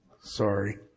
Sorry